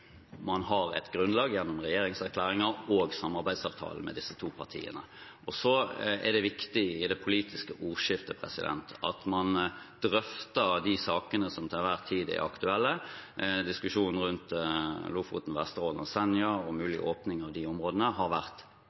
man har et grunnlag gjennom regjeringserklæringen og samarbeidsavtalen med disse to partiene. Så er det viktig i det politiske ordskiftet at man drøfter de sakene som til enhver tid er aktuelle. Diskusjonen rundt Lofoten, Vesterålen og Senja og en mulig åpning av de områdene har vært